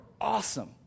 awesome